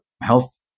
health